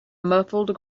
muffled